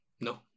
No